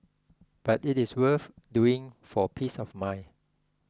but it is worth doing for peace of mind